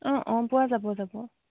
অঁ অ' পোৱা যাব যাব